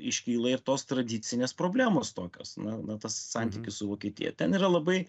iškyla ir tos tradicinės problemos tokios na na tas santykis su vokietija ten yra labai